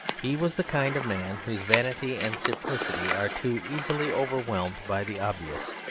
he was the kind of man whose vanity and simplicity are too easily overwhelmed by the obvious.